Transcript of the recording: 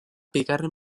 bigarren